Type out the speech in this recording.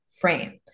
frame